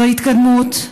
זו התקדמות,